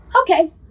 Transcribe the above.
okay